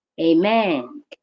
amen